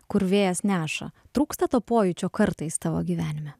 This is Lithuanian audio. kur vėjas neša trūksta to pojūčio kartais tavo gyvenime